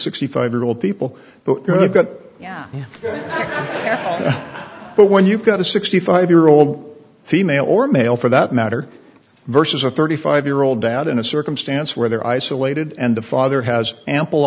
sixty five year old people but yeah but when you've got a sixty five year old female or male for that matter versus a thirty five year old dad in a circumstance where they're isolated and the father has ample